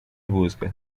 busca